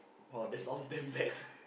oh that sounds damn bad